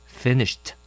finished